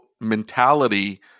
mentality